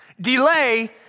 Delay